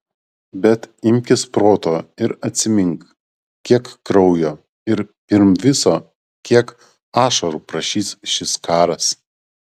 bet imkis proto ir atsimink kiek kraujo ir pirm viso kiek ašarų prašys šis karas